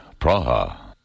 Praha